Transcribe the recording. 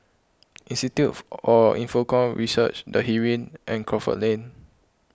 Institute for Infocomm Research the Heeren and Crawford Lane